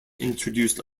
introduced